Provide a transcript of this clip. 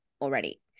already